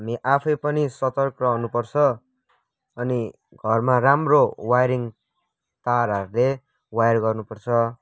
हामी आफै पनि सतर्क् रहनु पर्छ अनि घरमा राम्रो वाइरिङ तारहरूले वायर गर्नु पर्छ